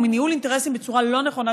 מניהול אינטרסים של ישראל בצורה לא נכונה,